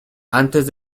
antes